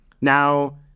now